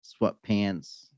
sweatpants